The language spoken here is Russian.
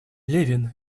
левин